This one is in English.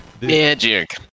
Magic